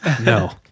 No